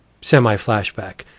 semi-flashback